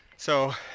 so,